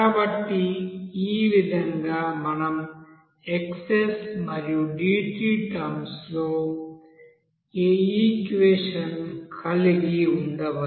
కాబట్టి ఈ విధంగా మనం xs మరియు dt టర్మ్స్ లో ఈ ఈక్వెషన్ కలిగి ఉండవచ్చు